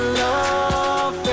love